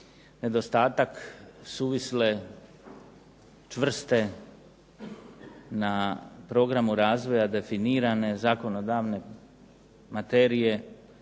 nedostatak suvisle, čvrste na programu razvoja definirane zakonodavne materije